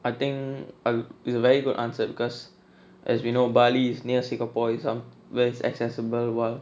I think it's a very good answer because as we know bali is near singapore some where is accessible while